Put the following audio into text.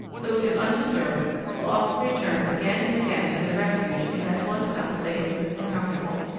who if undisturbed will often return again and again to the refuge it has once found safe and comfortable.